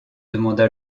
demanda